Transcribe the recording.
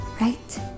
right